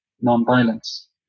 Non-violence